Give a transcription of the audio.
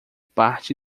parte